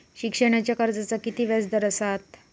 शिक्षणाच्या कर्जाचा किती व्याजदर असात?